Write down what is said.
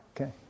Okay